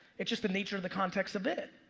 it's just the nature of the context of it.